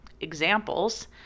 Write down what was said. examples